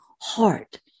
heart